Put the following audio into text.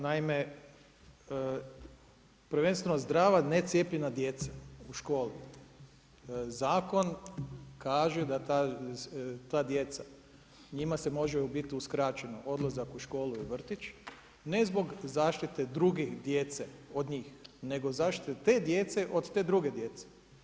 Naime, prvenstveno zdrava necijepljena djeca u školi, zakon kaže da ta djeca, njima se može biti uskraćeno odlazak u školu i vrtić ne zbog zaštite druge djece od njih, nego zaštite te djece od te druge djece.